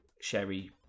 sherry